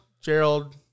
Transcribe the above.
Gerald